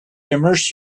immerse